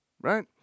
right